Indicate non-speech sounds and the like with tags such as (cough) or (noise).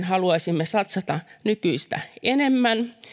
(unintelligible) haluaisimme satsata nykyistä enemmän